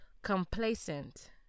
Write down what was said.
Complacent